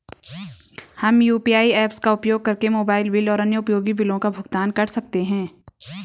हम UPI apps का उपयोग करके मोबाइल बिल और अन्य उपयोगी बिलों का भुगतान कर सकते हैं